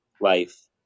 life